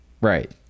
Right